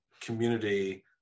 community